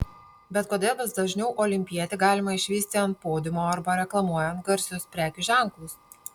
bet kodėl vis dažniau olimpietį galima išvysti ant podiumo arba reklamuojant garsius prekių ženklus